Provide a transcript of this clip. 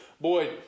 Boy